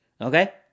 Okay